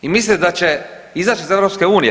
I mislite da će izaći iz EU?